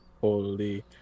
Holy